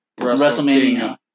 WrestleMania